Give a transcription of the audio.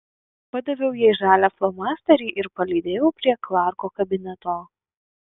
padaviau jai žalią flomasterį ir palydėjau prie klarko kabineto